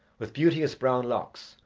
with beauteous brown locks,